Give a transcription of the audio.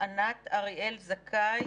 ענת אריאל זכאי,